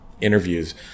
interviews